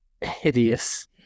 hideous